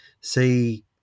see